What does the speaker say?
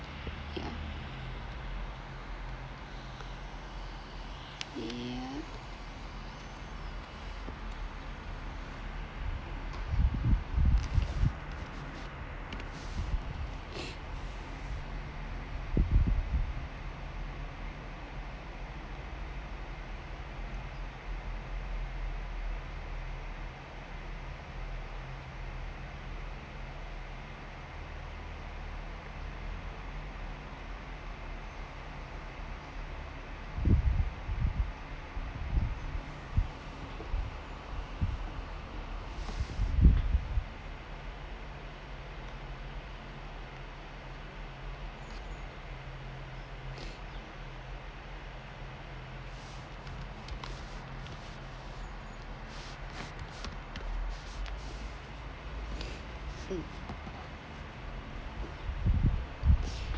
yeah yeah hmm